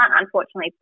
unfortunately